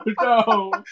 no